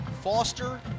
Foster